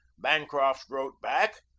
bancroft wrote back,